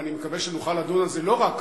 ואני מקווה שנוכל לדון על זה לא רק